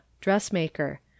Dressmaker